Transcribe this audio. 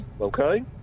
okay